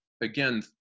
Again